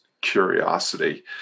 curiosity